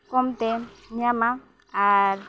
ᱠᱚᱢᱛᱮ ᱧᱟᱢᱟ ᱟᱨ